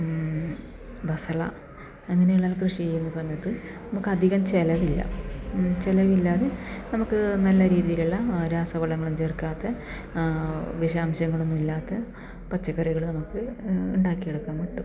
ബസള അങ്ങനെയുള്ള കൃഷി ചെയ്യുന്ന സമയത്ത് നമുക്ക് അധികം ചിലവില്ല ചിലവില്ലാതെ നമുക്ക് നല്ല രീതിയിലുള്ള രാസവളങ്ങളൊന്നും ചേർക്കാതെ വിഷാംശങ്ങളൊന്നും ഇല്ലാത്തെ പച്ചക്കറികള് നമുക്ക് ഉണ്ടാക്കിയെടുക്കാൻ പറ്റും